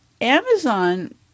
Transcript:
Amazon